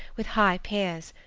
with high piers,